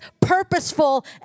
purposeful